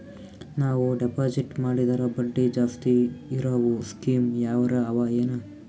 ನಾವು ಡೆಪಾಜಿಟ್ ಮಾಡಿದರ ಬಡ್ಡಿ ಜಾಸ್ತಿ ಇರವು ಸ್ಕೀಮ ಯಾವಾರ ಅವ ಏನ?